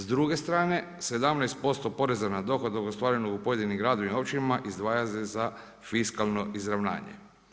S druge strane 17% poreza na dohodak ostvarenog u pojedinim gradovima i općinama izdvaja se za fiskalno izravnanje.